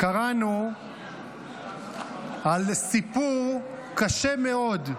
קראנו על סיפור קשה מאוד,